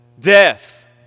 Death